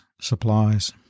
supplies